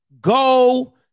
go